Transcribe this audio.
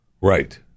Right